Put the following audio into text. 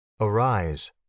arise